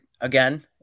again